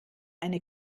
eine